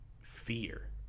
fear